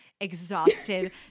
exhausted